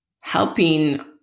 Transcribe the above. helping